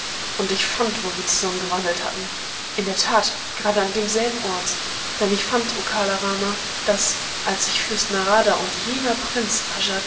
und ich fand wo wir zusammen gewandelt hatten in der tat gerade an demselben ort denn ich fand o kala rama daß als ich fürst narada und jener prinz